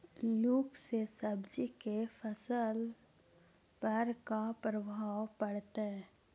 लुक से सब्जी के फसल पर का परभाव पड़तै?